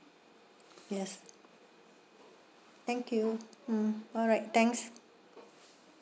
yes thank you mm alright thanks